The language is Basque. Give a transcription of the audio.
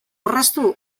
orraztu